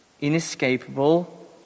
inescapable